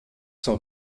sont